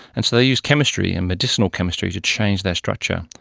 and so they used chemistry and medicinal chemistry to change their structure.